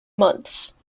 months